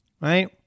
right